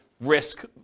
risk